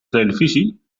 televisie